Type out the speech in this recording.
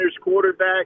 quarterback